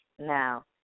Now